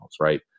right